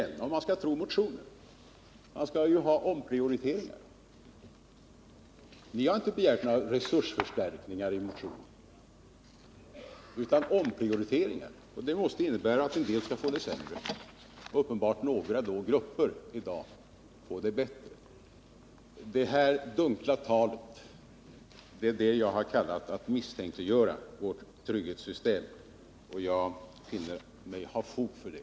Ni har inte begärt några resursförstärkningar i motionen utan omprioriteringar, och det måste innebära att många måste få det sämre. Detta dunkla tal har jag kallat för ett misstänkliggörande av vårt trygghetssystem. Och jag finner mig ha fog för det.